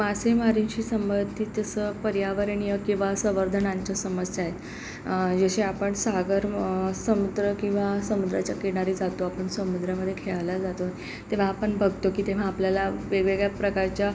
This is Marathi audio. मासेमारीशी संबंधित असं पर्यावरणीय किंवा संवर्धनाच्या समस्या आहेत जसे आपण सागर समुद्र किंवा समुद्राच्या किनारी जातो आपण समुद्रामध्ये खेळायला जातो तेव्हा आपण बघतो की तेव्हा आपल्याला वेगवेगळ्या प्रकारच्या